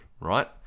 right